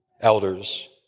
Elders